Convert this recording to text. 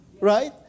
right